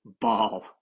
ball